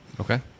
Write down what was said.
Okay